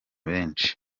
benshi